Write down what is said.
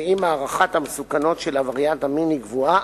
ואם הערכת המסוכנות של עבריין המין היא גבוהה,